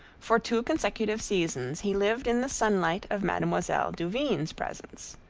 for two consecutive seasons he lived in the sunlight of mademoiselle duvigne's presence.